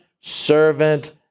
servant